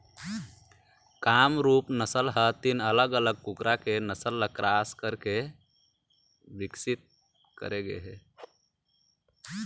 कामरूप नसल ह तीन अलग अलग कुकरा के नसल ल क्रास कराके बिकसित करे गे हे